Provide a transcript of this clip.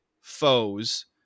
foes